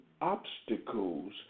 obstacles